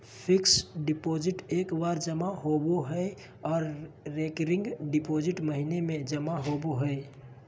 fixed deposit एक बार जमा होबो हय आर रेकरिंग डिपॉजिट महीने में जमा होबय हय